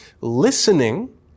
Listening